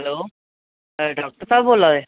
hello doctor साहब बोल्ला दे